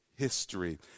history